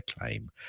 claim